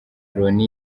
loni